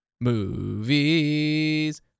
movies